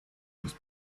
his